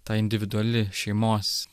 ta individuali šeimos